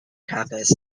campus